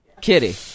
Kitty